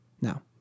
Now